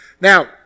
Now